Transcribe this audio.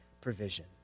provision